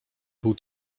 był